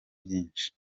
byinshi